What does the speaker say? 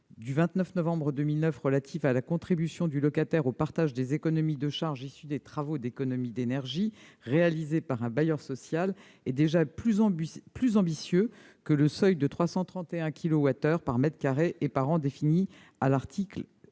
du 23 novembre 2009 relatif à la contribution du locataire au partage des économies de charges issues des travaux d'économie d'énergie réalisés par un bailleur social est déjà plus ambitieux que le seuil de 331 kilowattheures par mètre carré et par an défini à l'article 3 .